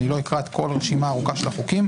אני לא אקרא את כל הרשימה הארוכה של החוקים,